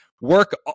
work